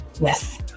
Yes